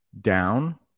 down